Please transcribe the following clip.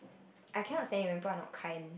I cannot stand it when people are not kind